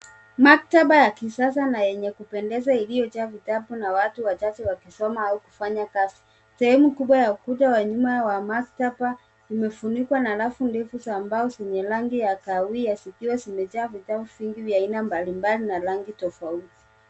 Maktaba ya kisasa na yenye kupendeza iliyo jaa vitabu na watu wachache wakisoma au kufanya kazi , sehemu kubwa ya ukuta wa maktaba imefunikwa na rafu ndevu za mbao zenye rangi ya kahawia zikiwa zimejaa vitabu vingi vya aina mbalimbali na rangi tofauti .